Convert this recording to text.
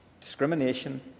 discrimination